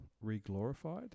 re-glorified